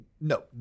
no